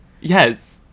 yes